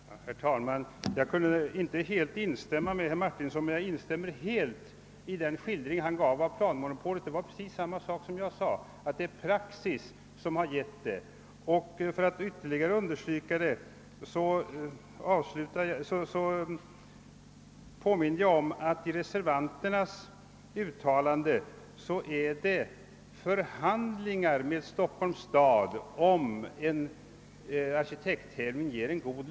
Herr talman! Jag kunde inte helt instämma i herr Martinssons anförande, men jag instämmer helt i den skildring han gav av. planmonopolet. Det var precis samma sak som jag sade, nämligen att:praxis är grunden till det. .' För att ytterligare understryka detta påminde jag om att reservanternas uttalande avser förhandlingar med: Stockholms stad om en arkitekttävlan ger en god.